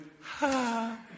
ha